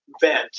vent